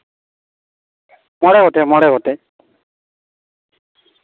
ᱢᱚᱬᱮ ᱜᱚᱴᱮᱡ ᱢᱚᱬᱮ ᱜᱚᱴᱮᱡ